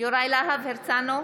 אוסאמה סעדי,